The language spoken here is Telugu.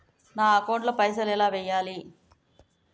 నా అకౌంట్ ల పైసల్ ఎలా వేయాలి?